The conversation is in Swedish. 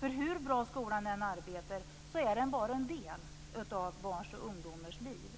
För hur bra skolan än arbetar är den bara en del av barns och ungdomars liv.